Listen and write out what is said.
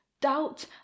doubt